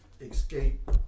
escape